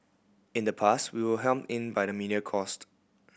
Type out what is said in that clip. in the past we were hemmed in by media cost